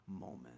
moment